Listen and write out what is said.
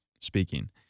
speaking